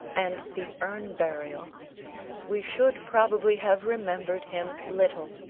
and the urn-burial we should probably have remembered him little.